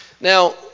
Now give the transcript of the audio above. Now